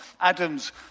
Adam's